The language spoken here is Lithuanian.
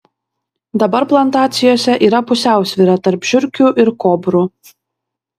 dabar plantacijose yra pusiausvyra tarp žiurkių ir kobrų